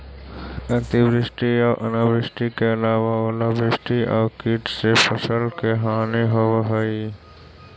अतिवृष्टि आऊ अनावृष्टि के अलावा ओलावृष्टि आउ कीट से फसल के हानि होवऽ हइ